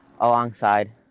alongside